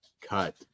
cut